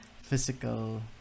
physical